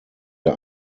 der